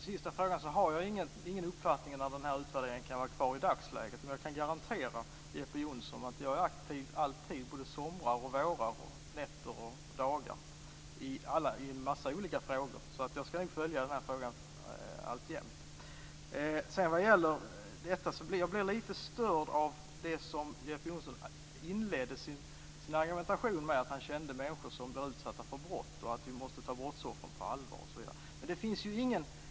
Fru talman! Jag har i dagsläget ingen uppfattning om när utredningen kan vara klar. Jag kan garantera, Jeppe Johnsson, att jag alltid är aktiv i många olika frågor, både somrar, vårar, nätter och dagar. Jag skall följa frågan. Jag blev lite störd av att Jeppe Johnsson inledde sin argumentation med att säga att han kände människor som blivit utsatta för brott och att vi måste ta brottsoffren på allvar.